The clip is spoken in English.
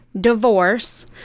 divorce